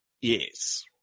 Yes